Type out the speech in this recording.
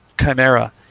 Chimera